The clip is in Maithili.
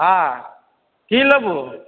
हँ की लेबहो